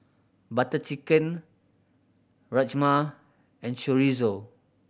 Butter Chicken Rajma and Chorizo